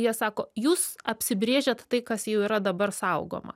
jie sako jūs apsibrėžėt tai kas jau yra dabar saugoma